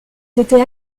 étaient